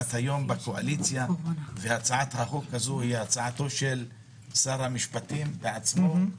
את היום בקואליציה והצעת החוק הזאת היא הצעתו של שר המשפטים בעצמו.